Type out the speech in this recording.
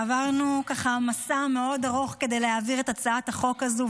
עברנו ככה מסע מאוד ארוך כדי להעביר את הצעת החוק הזו,